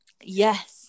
Yes